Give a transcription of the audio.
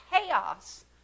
chaos